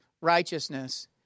righteousness